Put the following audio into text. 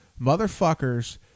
Motherfuckers